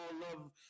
love